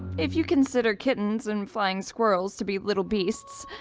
if you consider kittens and flying squirrels to be little beasts.